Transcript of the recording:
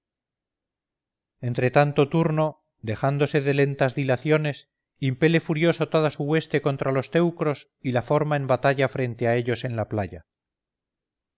entre tanto turno dejándose de lentas dilaciones impele furioso toda su hueste contra los teucros y la forma en batalla frente a ellos en la playa